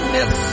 Miss